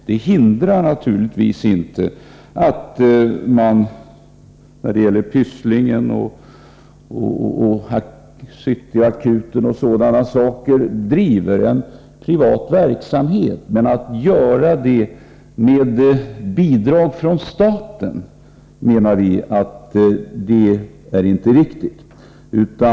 Det hindrar naturligtvis inte att Pysslingen och City Akuten m.fl. driver en privat verksamhet. Men att göra det med bidrag från staten är inte riktigt.